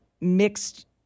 mixed